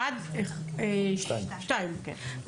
עד 14:00. בסדר,